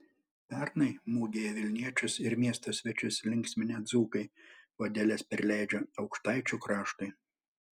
pernai mugėje vilniečius ir miesto svečius linksminę dzūkai vadeles perleidžia aukštaičių kraštui